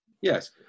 Yes